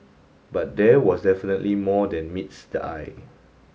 but there was definitely more than meets the eye